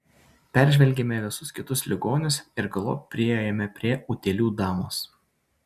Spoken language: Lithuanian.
peržvelgėme visus kitus ligonius ir galop priėjome prie utėlių damos